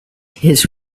his